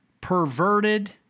perverted